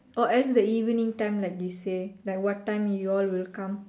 or else the evening time like you say like what time you all will come